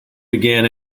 began